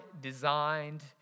designed